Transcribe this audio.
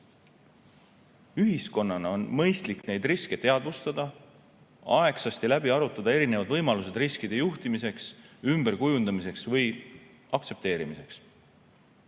Ühiskonnana on mõistlik neid riske teadvustada ja aegsasti läbi arutada erinevad võimalused riskide juhtimiseks, ümberkujundamiseks või aktsepteerimiseks.